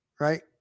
Right